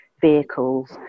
vehicles